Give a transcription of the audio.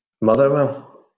motherwell